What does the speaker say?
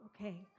okay